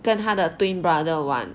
跟他的 twin brother 玩